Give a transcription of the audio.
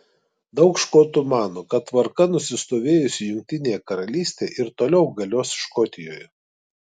daug škotų mano kad tvarka nusistovėjusi jungtinėje karalystėje ir toliau galios škotijoje